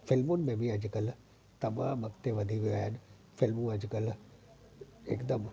फिल्मुनि में बि अॼु कल्ह तमामु अॻिते वधी विया आहिनि फिल्मूं अॼु कल्ह हिकदमि